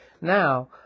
now